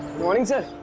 morning, sir.